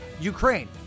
Ukraine